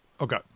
Okay